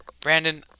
Brandon